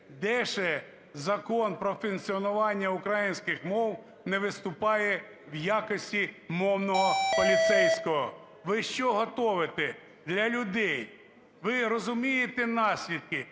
Де ще Закон про функціонування українських мов не виступає в якості мовного поліцейського? Ви що готовите для людей? Ви розумієте наслідки